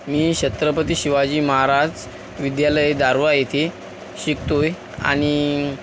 मी छत्रपती शिवाजी महाराज विद्यालय दारव्हा येथे शिकतो आहे आणि